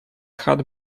had